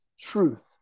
Truth